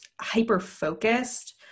hyper-focused